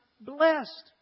blessed